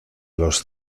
los